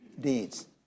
Deeds